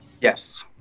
Yes